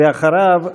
אחריו,